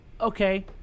Okay